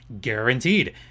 guaranteed